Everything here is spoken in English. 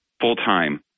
full-time